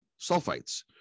sulfites